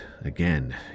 again